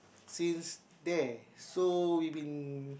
since there so we been